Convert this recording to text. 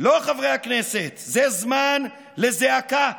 לא, חברי הכנסת, זה זמן לזעקה,